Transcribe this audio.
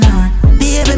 Baby